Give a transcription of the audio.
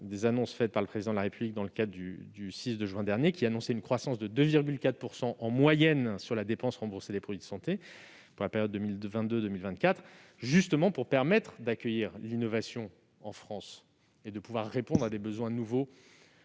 des industries de santé (CSIS) du mois de juin dernier, qui annonçait une croissance de 2,4 % en moyenne sur la dépense remboursée des produits de santé pour la période 2022-2024, justement pour permettre d'accueillir l'innovation en France et de pouvoir répondre à des besoins nouveaux